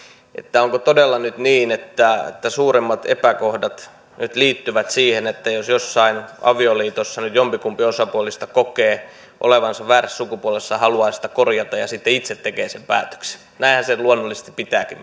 onko todella niin että että suurimmat epäkohdat nyt liittyvät siihen että jossain avioliitossa jompikumpi osapuolista kokee olevansa väärässä sukupuolessa ja haluaa sitä korjata ja sitten itse tekee sen päätöksen näinhän sen luonnollisesti pitääkin